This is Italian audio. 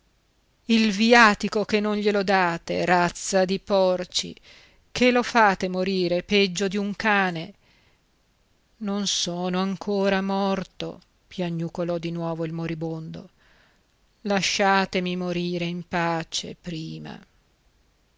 il viatico che non glielo date razza di porci che lo fate morire peggio di un cane non sono ancora morto piagnucolò di nuovo il moribondo lasciatemi morire in pace prima